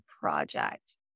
project